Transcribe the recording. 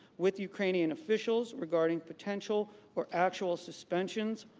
with ukrainian officials, regarding potential or actual suspensions,